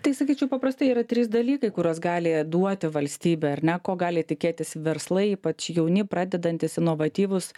tai sakyčiau paprastai yra trys dalykai kuriuos gali duoti valstybė ar ne ko gali tikėtis verslai ypač jauni pradedantys inovatyvūs